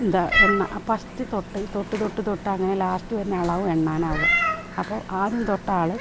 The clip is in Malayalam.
എന്താ എണ്ണുക ആ ഫസ്റ്റ് തൊട്ട തൊട്ടു തൊട്ടു തൊട്ടങ്ങനെ ലാസ്റ്റ് വരുന്ന ആളാകും എണ്ണാനാകുക അപ്പോൾ ആദ്യം തൊട്ടാൾ